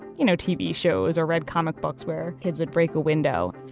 you know, tv shows or read comic books were kids would break a window.